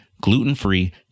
Gluten-free